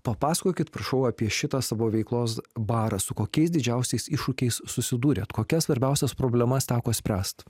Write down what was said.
papasakokit prašau apie šitą savo veiklos barą su kokiais didžiausiais iššūkiais susidūrėt kokias svarbiausias problemas teko spręst